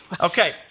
Okay